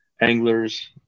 anglers